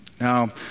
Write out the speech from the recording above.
Now